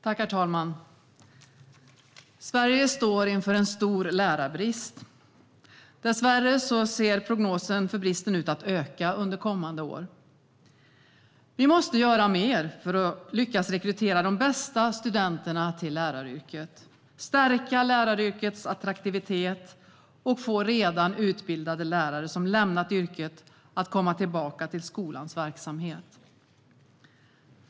Herr talman! Sverige står inför en stor lärarbrist. Dessvärre är prognosen att bristen ökar under kommande år. Vi måste göra mer för att lyckas rekrytera de bästa studenterna till läraryrket, stärka läraryrkets attraktivitet och få redan utbildade lärare som lämnat yrket att komma tillbaka till skolans verksamhet.